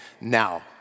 now